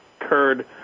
occurred